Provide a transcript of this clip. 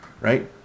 right